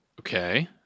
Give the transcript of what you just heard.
Okay